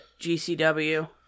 GCW